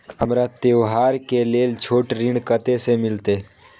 हमरा त्योहार के लेल छोट ऋण कते से मिलते?